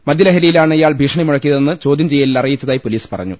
മദ്യലഹരിയിലാണ് ഇയാൾ ഭീഷണി മുഴക്കിയതെന്ന് ചോദ്യം ചെയ്യലിൽ അറിയിച്ചതായി പൊലീസ് പറഞ്ഞു